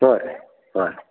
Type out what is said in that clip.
ಹ್ಞೂ ರೀ ಹ್ಞೂ ರೀ